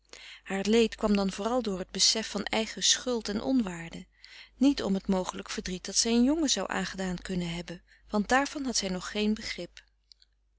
haar leed kwam dan vooral door t besef van eigen schuld en onwaarde niet om t mogelijk verdriet dat zij een jongen zou aangedaan kunnen hebben want daarvan had zij nog geen begrip